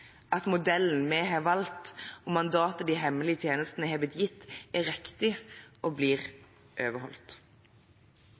at modellen vi har valgt og mandatet de hemmelige tjenestene har blitt gitt, er riktige og blir overholdt.